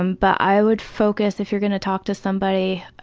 um but i would focus, if you're going to talk to somebody,